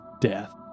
death